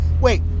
Wait